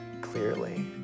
clearly